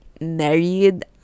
married